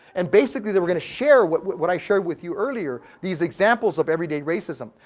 and basically, they were gonna share what what i shared with you earlier, these examples of everyday racism.